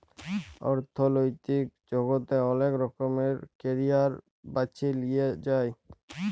অথ্থলৈতিক জগতে অলেক রকমের ক্যারিয়ার বাছে লিঁয়া যায়